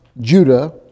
Judah